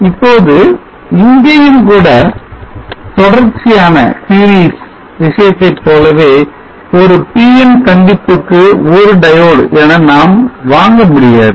இப்போது இங்கேயும் கூட தொடர்ச்சியான விஷயத்தை போலவே ஒரு PN சந்திப்புக்கு ஒரு diode என நாம் வாங்க முடியாது